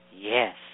Yes